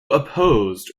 opposed